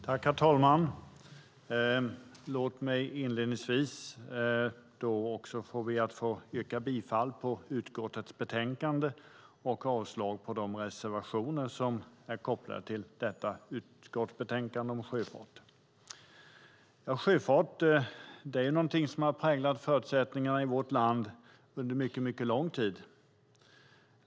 Herr talman! Jag yrkar inledningsvis bifall till förslaget i utskottets betänkande om sjöfart och avslag på reservationerna. Sjöfart är något som har präglat förutsättningarna i vårt land under mycket lång tid.